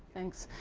thanks.